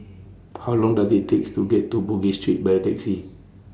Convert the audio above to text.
How Long Does IT takes to get to Bugis Street By Taxi